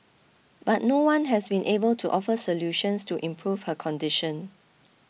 but no one has been able to offer solutions to improve her condition